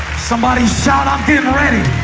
somebody shout, i'm getting ready!